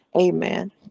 Amen